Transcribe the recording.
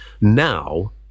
now